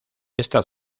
esta